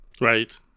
Right